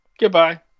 Goodbye